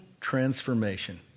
transformation